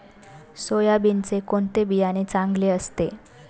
सोयाबीनचे कोणते बियाणे चांगले असते?